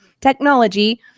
technology